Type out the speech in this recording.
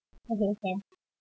okay can